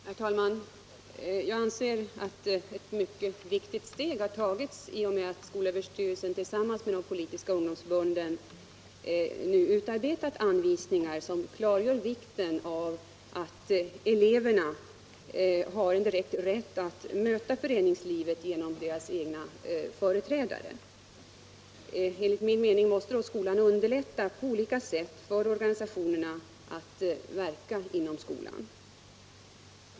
Herr talman! Jag anser att ett mycket viktigt steg har tagits i och med att skolöverstyvrelsen tillsammans med representanter för de politiska ungdomsförbunden nu utarbetat anvisningar som klargör vikten av att eleverna i samhällsinformationen har rätt att möta föreningslivet genom dess egna företrädare. Enligt min mening måste skolan underlätta på olika sätt för organisationerna att verka inom skolan.